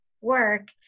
work